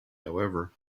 however